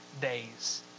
days